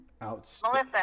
melissa